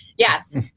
Yes